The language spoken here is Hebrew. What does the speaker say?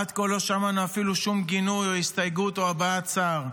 עד כה לא שמענו שום גינוי או הסתייגות או הבעת צער.